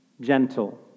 gentle